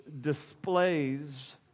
displays